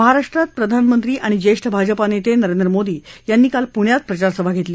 महाराष्ट्रात प्रधानमंत्री आणि ज्येष्ठ भाजपा नेते नरेंद्र मोदी यांनी काल पुण्यात प्रचारसभा घेतली